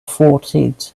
fourteenth